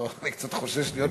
אני קצת חושש להיות לידך.